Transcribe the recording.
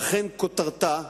ואכן כותרתה,